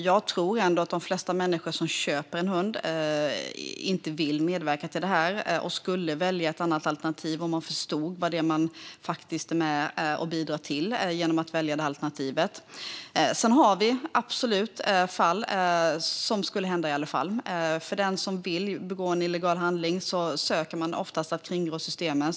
Jag tror ändå att de flesta människor som köper en hund inte vill medverka till detta och att de skulle välja ett annat alternativ om de förstod vad det är man är med och bidrar till genom att välja detta alternativ. Sedan finns det absolut fall som skulle uppstå ändå. Den som vill begå en illegal handling försöker oftast att kringgå systemen.